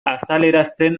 azaleratzen